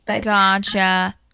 Gotcha